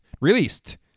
Released